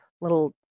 little